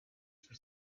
for